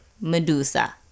Medusa